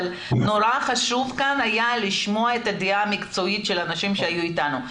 אבל נורא חשוב כאן היה לשמוע את הדעה המקצועית של האנשים שהיו איתנו.